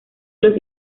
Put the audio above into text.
los